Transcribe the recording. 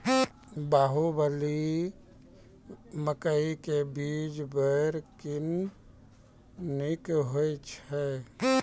बाहुबली मकई के बीज बैर निक होई छै